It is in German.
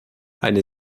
eine